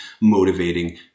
motivating